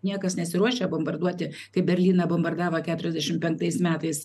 niekas nesiruošia bombarduoti kai berlyną bombardavo keturiasdešim penktais metais